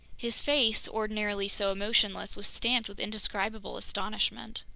his face, ordinarily so emotionless, was stamped with indescribable astonishment.